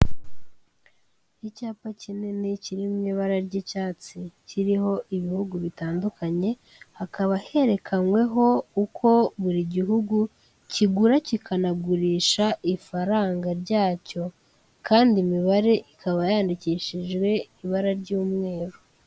Icyapa kinini kiri mu ibara ry'icyatsi, kiriho ibihugu bitandukanye, hakaba herekanyweho uko buri gihugu kigura kikanagurisha ifaranga ryacyo, kandi imibare ikaba yandikishijwe ibara ry'umweru.